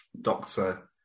Doctor